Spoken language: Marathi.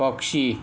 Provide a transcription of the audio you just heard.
पक्षी